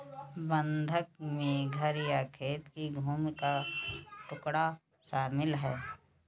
बंधक में घर या खेत की भूमि का टुकड़ा शामिल है